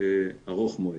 ארוך מועד.